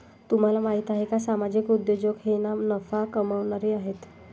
तुम्हाला माहिती आहे का सामाजिक उद्योजक हे ना नफा कमावणारे आहेत